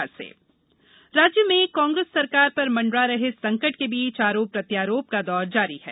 राजनीतिक संकट राज्य में कांग्रेस सरकार पर मंडरा रहे संकट के बीच आरोप प्रत्यारोप का दौर जारी है